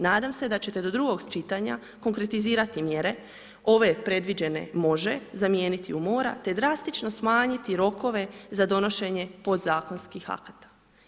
Nadam se da ćete do drugog čitanja konkretizirati mjere ove predviđene može zamijeniti u mora, te drastično smanjiti rokove za donošenje podzakonskih kata.